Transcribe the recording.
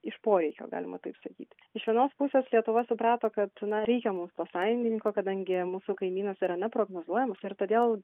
iš poreikio galima taip sakyti iš vienos pusės lietuva suprato kad na reikia mums to sąjungininko kadangi mūsų kaimynas yra neprognozuojamas ir todėl